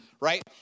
right